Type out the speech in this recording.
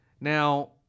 Now